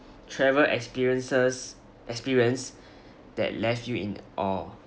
travel experiences experience that left you in awe